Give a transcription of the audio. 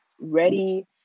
ready